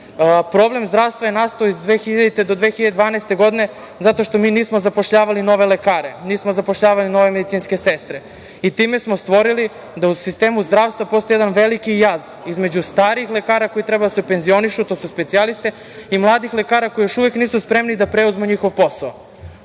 Problem zdravstva je nastao od 2000. godine do 2012. godine zato što mi nismo zapošljavali nove lekare, nismo zapošljavali nove medicinske sestre i time smo stvorili da u sistemu zdravstva postoji jedan veliki jaz između starih lekara koji treba da se penzionišu, to su specijalisti i mladih lekara koji još uvek nisu spremni da preuzmu njihov posao. Znate,